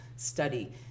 Study